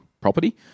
property